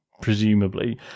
presumably